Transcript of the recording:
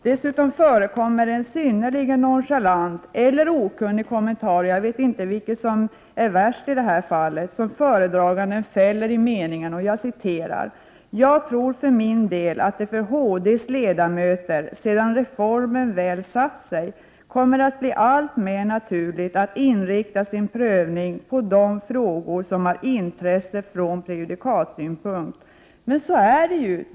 Dessutom förekommer det en synnerligen nonchalant eller okunnig kommentar — jag vet inte vilket som är värst i detta fall — som föredraganden fäller i meningen: ”Jag tror för min del att det för HD:s ledamöter, sedan reformen väl satt sig, kommer att bli alltmera naturligt att inrikta sin prövning på de frågor som har intresse från prejudikatsynpunkt.” — Men så är det ju.